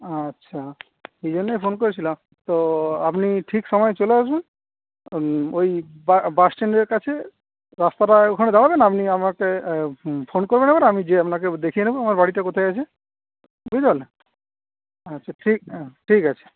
আচ্ছা এই জন্যই ফোন করেছিলাম তো আপনি ঠিক সময়ে চলে আসবেন ওই বা বাসস্ট্যান্ডের কাছে রাস্তাটায় ওখানে দাঁড়াবেন আপনি আমাকে ফোন করবেন আমি আপনাকে যেয়ে দেখিয়ে নেবো আমার বাড়িটা কোথায় আছে বুঝতে পারলেন আচ্ছা ঠিক ঠিক আছে